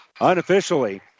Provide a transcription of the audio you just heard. Unofficially